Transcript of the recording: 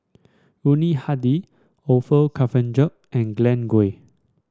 Yuni Hadi Orfeur Cavenagh and Glen Goei